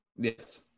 Yes